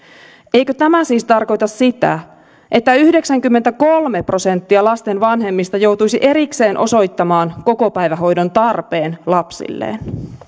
eikö tämä siis tarkoita sitä että yhdeksänkymmentäkolme prosenttia lasten vanhemmista joutuisi erikseen osoittamaan kokopäivähoidon tarpeen lapsilleen